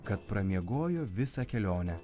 kad pramiegojo visą kelionę